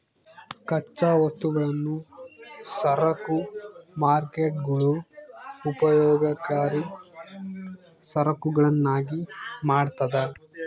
ಕಚ್ಚಾ ವಸ್ತುಗಳನ್ನು ಸರಕು ಮಾರ್ಕೇಟ್ಗುಳು ಉಪಯೋಗಕರಿ ಸರಕುಗಳನ್ನಾಗಿ ಮಾಡ್ತದ